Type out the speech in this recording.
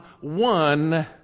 one